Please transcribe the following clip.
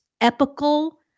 epical